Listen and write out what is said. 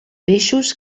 peixos